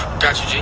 got you,